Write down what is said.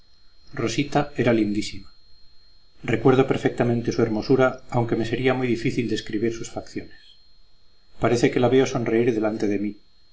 rosita era lindísima recuerdo perfectamente su hermosura aunque me sería muy difícil describir sus facciones parece que la veo sonreír delante de mí